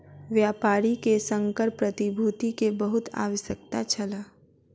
व्यापारी के संकर प्रतिभूति के बहुत आवश्यकता छल